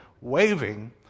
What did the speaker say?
waving